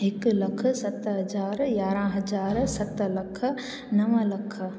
हिकु लखु सत हज़ार यारहं हज़ार सत लख नव लख